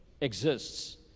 exists